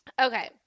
Okay